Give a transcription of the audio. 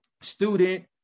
student